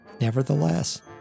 Nevertheless